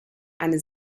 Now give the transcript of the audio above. eine